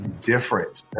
different